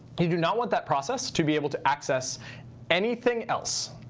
you do not want that process to be able to access anything else.